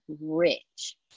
Rich